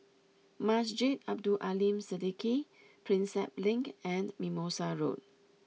Masjid Abdul Aleem Siddique Prinsep Link and Mimosa Road